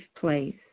place